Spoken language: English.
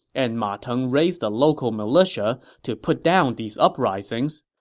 and ma teng raised a local militia to put down these uprisings.